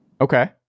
Okay